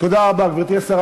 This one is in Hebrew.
תודה רבה, גברתי השרה.